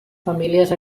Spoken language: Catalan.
famílies